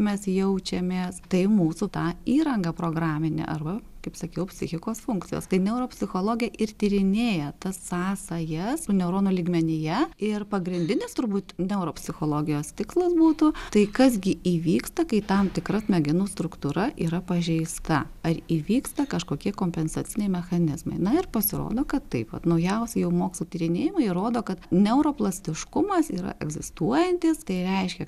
mes jaučiamės tai mūsų ta įranga programinė arba kaip sakiau psichikos funkcijos tai neuropsichologija ir tyrinėja tas sąsajas su neuronų lygmenyje ir pagrindinės turbūt neuropsichologijos tikslas būtų tai kas gi įvyksta kai tam tikra smegenų struktūra yra pažeista ar įvyksta kažkokie kompensaciniai mechanizmai na ir pasirodo kad taip vat naujausi jau mokslo tyrinėjimai rodo kad neuroplastiškumas yra egzistuojantis tai reiškia